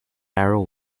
narrow